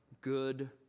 good